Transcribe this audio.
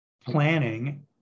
planning